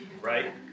right